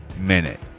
minute